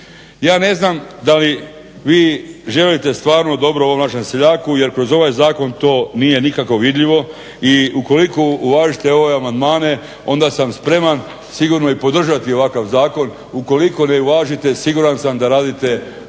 Ja ne znam da li vi želite stvarno dobro ovom našem seljaku, jer kroz ovaj zakon to nije nikako vidljivo i ukoliko uvažite ove amandmane onda sam spreman sigurno i podržati ovakav zakon ukoliko ne uvažite siguran sam da radite u